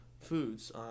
foods